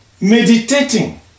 meditating